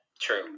True